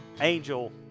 Angel